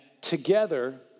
together